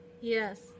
Yes